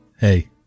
Hey